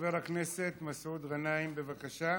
חבר הכנסת מסעוד גנאים, בבקשה,